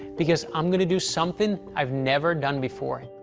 because i'm gonna do something i've never done before.